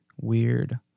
Weird